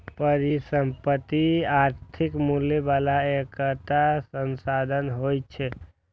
परिसंपत्ति आर्थिक मूल्य बला एकटा संसाधन होइ छै